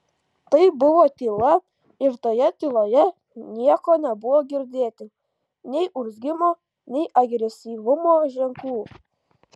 tai buvo tyla ir toje tyloje nieko nebuvo girdėti nei urzgimo nei agresyvumo ženklų